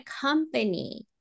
company